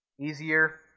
easier